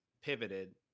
pivoted